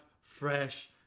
fresh